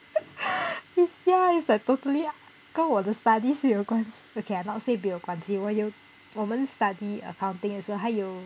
ya it's like totally ou~ 跟我的 studies 有关系 okay lah not say 没有关系我有我们 study accounting 的时候它有